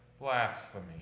blasphemy